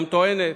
גם טוענת.